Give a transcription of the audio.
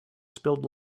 spilled